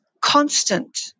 constant